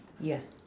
ya